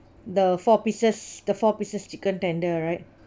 the four pieces the four pieces chicken tender right